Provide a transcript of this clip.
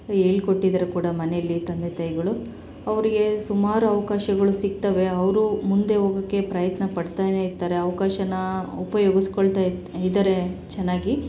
ಹೇಳ್ಕೊಟ್ಟಿದರ್ ಕೂಡ ಮನೆಯಲ್ಲಿ ತಂದೆ ತಾಯಿಗಳು ಅವರಿಗೆ ಸುಮಾರು ಅವ್ಕಾಶಗಳು ಸಿಕ್ತವೆ ಅವರು ಮುಂದೆ ಹೋಗಕ್ಕೆ ಪ್ರಯತ್ನಪಡ್ತನೇ ಇರ್ತಾರೆ ಅವಕಾಶನಾ ಉಪಯೋಗಿಸ್ಕೊಳ್ತಾ ಇರ್ತಾ ಇದ್ದಾರೆ ಚೆನ್ನಾಗಿ